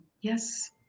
yes